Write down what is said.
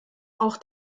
auch